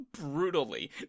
brutally